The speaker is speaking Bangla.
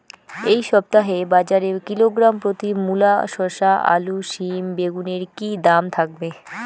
এই সপ্তাহে বাজারে কিলোগ্রাম প্রতি মূলা শসা আলু সিম বেগুনের কী দাম থাকবে?